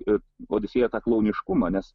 ir odisėją tą klouniškumą nes